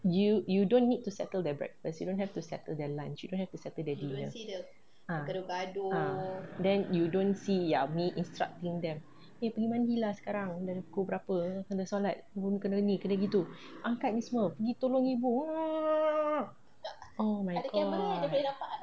you you don't need to settle their breakfast you don't have to settle their lunch you don't have to settle their dinner ah then you don't see ya me instructing them eh pergi mandi lah sekarang dari pukul berapa kena solat kena ni kena gitu ni semua tolong ibu oh my god